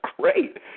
great